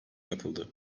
yapıldı